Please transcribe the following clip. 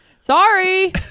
Sorry